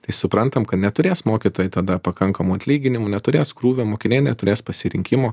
tai suprantam kad neturės mokytojai tada pakankamų atlyginimų neturės krūvio mokiniai neturės pasirinkimo